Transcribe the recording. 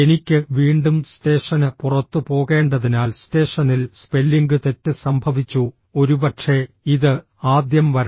എനിക്ക് വീണ്ടും സ്റ്റേഷന് പുറത്ത് പോകേണ്ടതിനാൽ സ്റ്റേഷനിൽ സ്പെല്ലിംഗ് തെറ്റ് സംഭവിച്ചു ഒരുപക്ഷേ ഇത് ആദ്യം വരണം